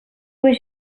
was